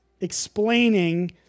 explaining